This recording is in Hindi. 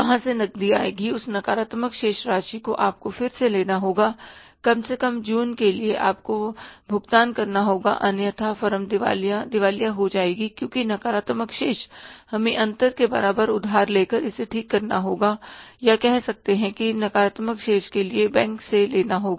कहां से नकदी आएगी उस नकारात्मक शेष राशि को आपको फिर से लेना होगा कम से कम जून के लिए आप को भुगतान करना होगा अन्यथा फर्म दिवालिया दिवालिया हो जाएगी क्योंकि नकारात्मक शेष हमें अंतर के बराबर उधार लेकर इसे ठीक करना होगा या कह सकते हैं कि नकारात्मक शेष के लिए बैंक से लेना होगा